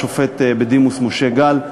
השופט בדימוס משה גל,